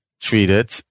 treated